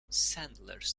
sanders